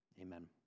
Amen